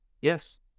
yes